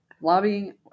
lobbying